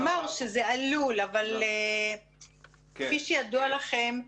הוא אמר שזה עלול, אבל כפי שידוע לכם,